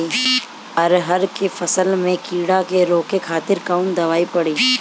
अरहर के फसल में कीड़ा के रोके खातिर कौन दवाई पड़ी?